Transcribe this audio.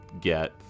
get